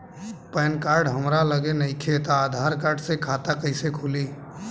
Pan card हमरा लगे नईखे त आधार कार्ड से खाता कैसे खुली?